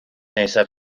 nesaf